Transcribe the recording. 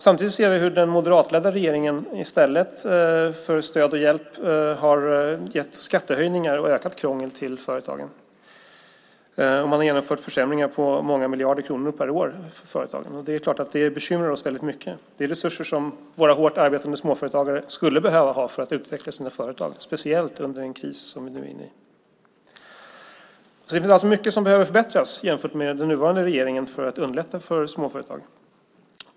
Samtidigt ser vi hur den moderatledda regeringen i stället för stöd och hjälp har gett skattehöjningar och ökat krångel till företagen. Man har genomfört försämringar för många miljarder kronor per år för företagen. Det är klart att det bekymrar oss mycket. Det är resurser som våra hårt arbetande småföretagare skulle behöva för att utveckla sina företag, speciellt i den kris som vi nu är inne i. Det är alltså mycket som behöver förbättras i förhållande till hur det är under den nuvarande regeringen för att man ska kunna underlätta för företagen.